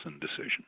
decision